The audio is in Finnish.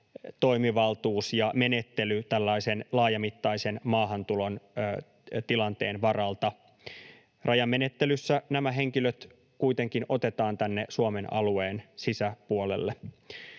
toimivaltuus ja menettely tällaisen laajamittaisen maahantulon tilanteen varalta. Rajamenettelyssä nämä henkilöt kuitenkin otetaan tänne Suomen alueen sisäpuolelle.